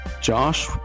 Josh